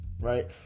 right